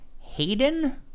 hayden